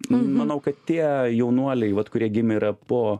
manau kad tie jaunuoliai vat kurie gimę yra po